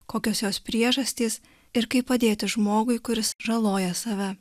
kokios jos priežastys ir kaip padėti žmogui kuris žaloja save